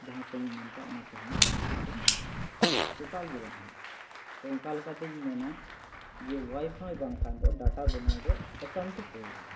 ᱡᱟᱦᱟᱸ ᱠᱟᱹᱢᱤᱢ ᱢᱮᱱᱠᱟᱜᱼᱟ ᱚᱱᱟ ᱠᱟᱹᱢᱤ ᱮᱠᱫᱚᱢ ᱴᱳᱴᱟᱞᱜᱮ ᱵᱟᱝ ᱦᱩᱭᱩᱜᱼᱟ ᱛᱚ ᱚᱝᱠᱟ ᱞᱮᱠᱟᱛᱮᱧ ᱢᱮᱱᱟ ᱡᱮ ᱚᱣᱟᱭ ᱯᱷᱟᱭ ᱵᱟᱝᱠᱷᱟᱱ ᱫᱚ ᱰᱟᱴᱟ ᱵᱮᱱᱟᱣ ᱫᱚ ᱮᱠᱟᱱᱛᱚ ᱯᱨᱚᱭᱳᱡᱚᱱ